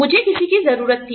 मुझे किसी की जरूरत थी